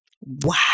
Wow